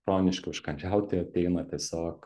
chroniški užkandžiautojai ateina tiesiog